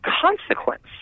consequence